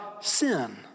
sin